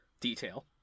detail